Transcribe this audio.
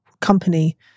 company